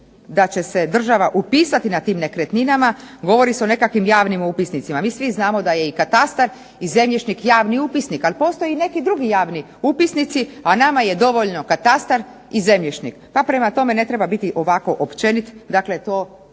da će se država upisati na tim nekretninama govori se o nekim javnim upisnicima. Mi svi znamo da je i katastar i zemljišnik javni upisnik, ali postoje i neki drugi javni upisnici a nama je dovoljno katastar i zemljišnik. Pa prema tome, ne treba biti ovako općenit. Dakle, to